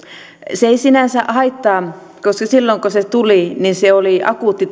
se ei sinänsä haittaa koska silloin kun se tuli ja se rakennettiin oli akuutti